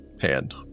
Hand